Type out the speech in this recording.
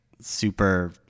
super